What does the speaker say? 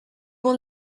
will